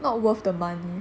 not worth the money